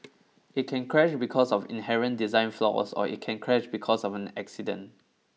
it can crash because of inherent design flaws or it can crash because of an accident